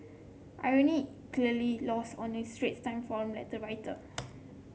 irony clearly lost on a Straits Times forum letter writer